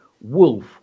Wolf